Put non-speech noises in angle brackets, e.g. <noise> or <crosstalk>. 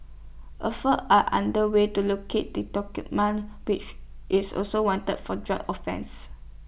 efforts are under way to locate the <unintelligible> man <unintelligible> is also wanted for drug offences